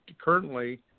currently